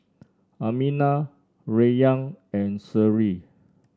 Aminah Rayyan and Seri